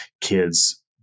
kids